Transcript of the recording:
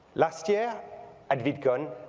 last year at vidcon,